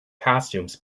costumes